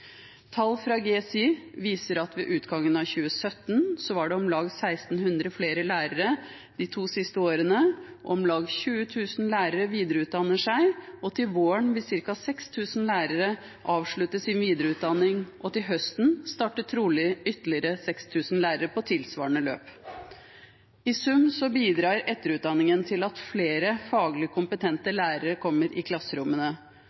Tall fra Grunnskolens Informasjonssystem, GSI, viser at det ved utgangen av 2017 var om lag 1 600 flere lærere, de to siste årene. Om lag 20 000 lærere har videreutdannet seg. Til våren vil ca. 6 000 lærere avslutte sin videreutdanning, og til høsten starter trolig ytterligere 6 000 lærere på tilsvarende løp. I sum bidrar etterutdanningen til at flere faglig kompetente lærere kommer i klasserommene.